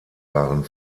waren